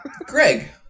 Greg